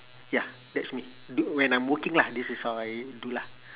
ya that's me when I'm working lah this is how I do lah